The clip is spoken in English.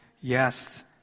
yes